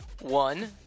one